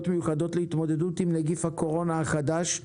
מיוחדות להתמודדות עם נגיף הקורונה החדש,